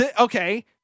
Okay